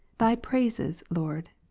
thy praises, lord,